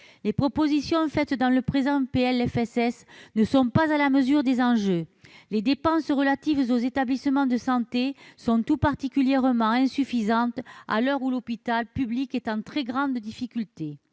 Les propositions faites au travers du présent PLFSS ne sont pas à la mesure des enjeux. Les dépenses relatives aux établissements de santé sont tout particulièrement insuffisantes à l'heure où l'hôpital public est en très grande difficulté.